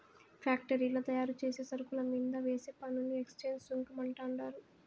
ఫ్యాక్టరీల్ల తయారుచేసే సరుకుల మీంద వేసే పన్నుని ఎక్చేంజ్ సుంకం అంటండారు